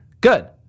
Good